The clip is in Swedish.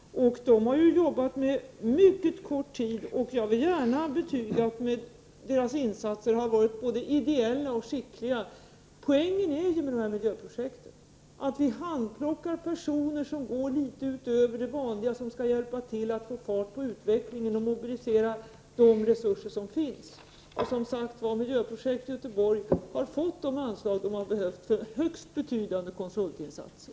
Man har jobbat mycket kort tid, och jag vill gärna betyga att många insatser varit både ideella och skickliga. Poängen med miljöprojektet är att vi handplockar personer som går litet utöver det vanliga och som skall hjälpa till att få fart på utvecklingen och mobilisera de resurser som finns. Miljöprojektet har fått de anslag det behövt för högst betydande konsultinsatser.